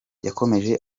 yakomeje